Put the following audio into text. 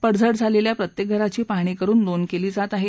पडझड झालेल्या प्रत्येक घराची पाहणी करुन नोंद केली जात आहे